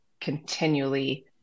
continually